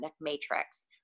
matrix